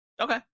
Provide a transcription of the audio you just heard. Okay